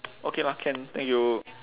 okay lah can thank you